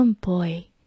boy